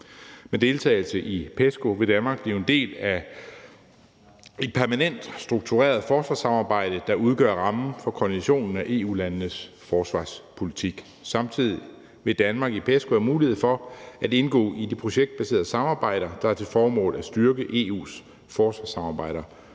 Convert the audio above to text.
Med deltagelse i PESCO vil Danmark blive en del af et permanent struktureret forsvarssamarbejde, der udgør rammen for koordinationen af EU-landenes forsvarspolitik. Samtidig vil Danmark i PESCO have mulighed for at indgå i det projektbaserede samarbejde, der har til formål at styrke EU's forsvarssamarbejde